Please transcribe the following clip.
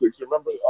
Remember